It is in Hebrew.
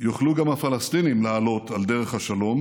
יוכלו גם הפלסטינים לעלות על דרך השלום,